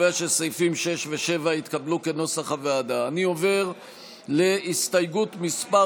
אני עובר להסתייגות מס'